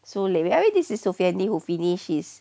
so laid I mean this is sofiani who finish his